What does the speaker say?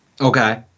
okay